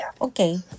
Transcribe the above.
Okay